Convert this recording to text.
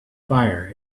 fire